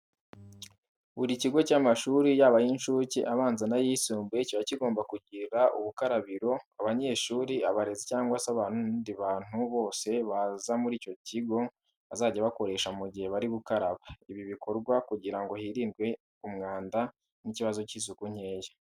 Buri kigo cy'amashuri yaba ay'incuke, abanza n'ayisumbuye kiba kigomba kugira ubukarabiro abanyeshuri, abarezi cyangwa se abandi bantu bose baza muri icyo kigo bazajya bakoresha mu gihe bari gukaraba. Ibi bikorwa kugira ngo hirindwe umwanda n'ikibazo cy'isuku nkeya.